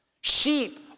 Sheep